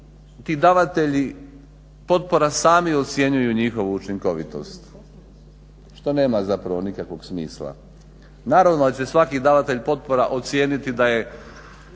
ti davatelji potpora sami ocjenjuju njihovu učinkovitost što nema zapravo nikakvog smisla. Naravno da će svaki davatelj potpora ocijeniti da je